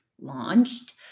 launched